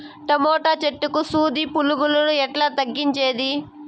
Tomato చెట్లకు సూది పులుగులను ఎట్లా తగ్గించేది?